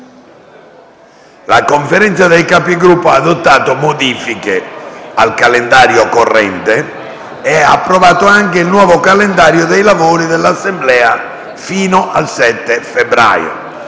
La Conferenza dei Capigruppo ha adottato modifiche al calendario corrente e ha approvato il nuovo calendario dei lavori dell'Assemblea fino al 7 febbraio.